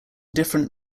different